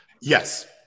Yes